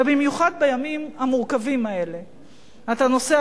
ובמיוחד בימים המורכבים האלה אתה נוסע